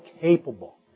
capable